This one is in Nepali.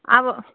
अब